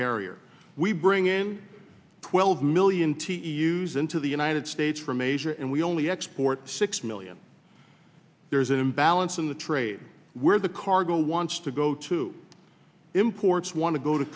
carrier we bring in twelve million to use into the united states from asia and we only export six million there's an imbalance in the trade where the cargo wants to go to imports want to go to